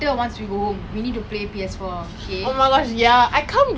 everyone literally wearing slides nowadays ah you better get one